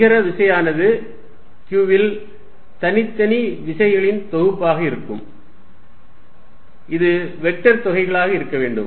நிகர விசையானது q இல் தனித்தனி விசைகளின் தொகுப்பாக இருக்கும் இது வெக்டர் தொகைகளாக இருக்க வேண்டும்